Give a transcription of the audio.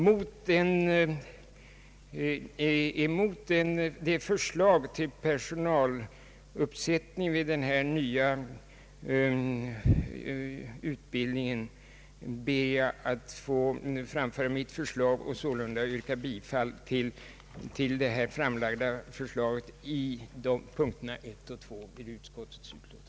Mot utskottets förslag om personaluppsättning vid den nya läkarutbildningen ber jag att få framföra mitt förslag och yrka bifall till detta förslag vid punkterna 1 och 2 i utskottsutlåtandet.